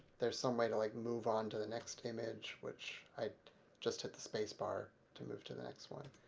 there's some way to like move on to the next image, which i just hit the space bar to move to the next one.